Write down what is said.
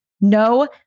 no